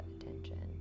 attention